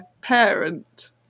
parent